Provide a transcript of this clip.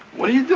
what are you